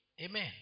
Amen